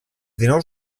dinou